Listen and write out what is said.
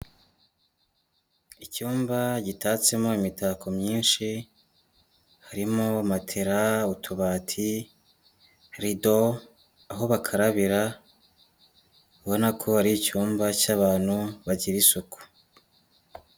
Icyumba gitatsemo imitako myinshi, harimo matera, utubati, rido, aho bakarabira, ubona ko hari icyumba cy'abantu bagira isuku.